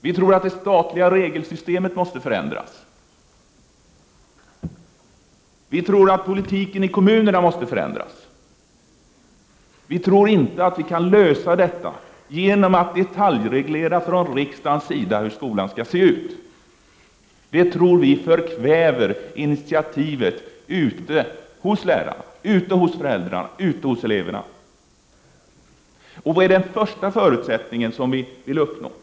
Vi tror att det statliga regelsystemet måste förändras. Vi tror att politiken i kommunerna måste förändras. Vi tror inte att man kan lösa detta genom att detaljreglera från riksdagens sida hur skolan skall se ut. Det tror vi förkväver initiativet ute hos lärarna, hos föräldrarna och hos eleverna. Vad är den första förutsättningen som vi vill uppnå?